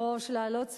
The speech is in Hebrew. להעלות סוגיה,